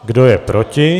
Kdo je proti?